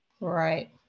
right